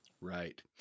Right